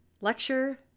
lecture